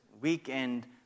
weekend